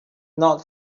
not